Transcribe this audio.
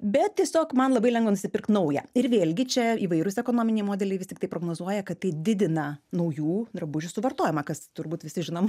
bet tiesiog man labai lengva nusipirkt naują ir vėlgi čia įvairūs ekonominiai modeliai vis tiktai prognozuoja kad tai didina naujų drabužių suvartojimą kas turbūt visi žinom